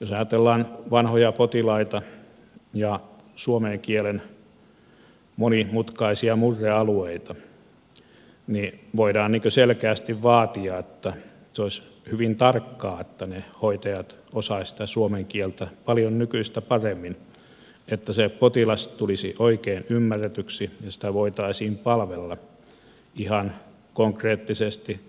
jos ajatellaan vanhoja potilaita ja suomen kielen monimutkaisia murrealueita niin voidaan selkeästi vaatia että se olisi hyvin tarkkaa että hoitajat osaisivat suomen kieltä paljon nykyistä paremmin että potilas tulisi oikein ymmärretyksi ja häntä voitaisiin palvella ihan konkreettisesti